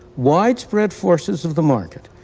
widespread forces of the market.